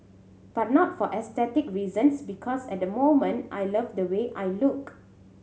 but not for aesthetic reasons because at the moment I love the way I look